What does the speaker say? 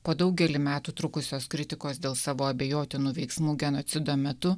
po daugelį metų trukusios kritikos dėl savo abejotinų veiksmų genocido metu